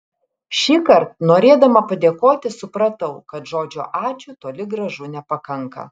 šįkart norėdama padėkoti supratau kad žodžio ačiū toli gražu nepakanka